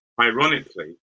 ironically